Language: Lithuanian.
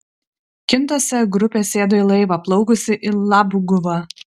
kintuose grupė sėdo į laivą plaukusį į labguvą